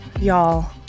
Y'all